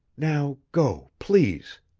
now, go please,